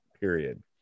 period